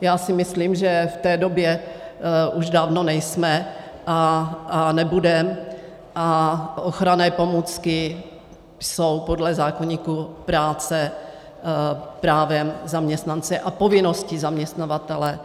Já si myslím, že v té době už dávno nejsme a nebudeme, a ochranné pomůcky jsou podle zákoníku práce právem zaměstnance a povinností zaměstnavatele